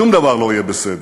שום דבר לא יהיה בסדר.